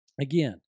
again